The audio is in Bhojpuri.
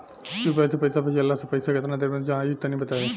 यू.पी.आई से पईसा भेजलाऽ से पईसा केतना देर मे जाई तनि बताई?